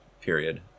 period